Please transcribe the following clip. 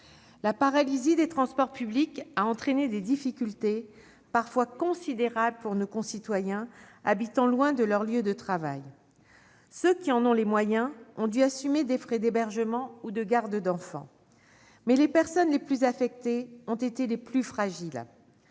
La paralysie des transports publics a entraîné des difficultés parfois considérables pour nos concitoyens habitant loin de leur lieu de travail. Ceux qui en ont les moyens ont dû assumer des frais d'hébergement ou de garde d'enfant. Mais les personnes les plus affectées ont été les plus fragiles,